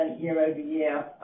year-over-year